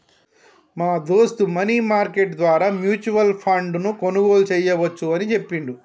మా దోస్త్ money market ద్వారా మ్యూచువల్ ఫండ్ ను కొనుగోలు చేయవచ్చు అని చెప్పిండు